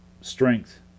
strength